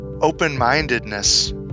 open-mindedness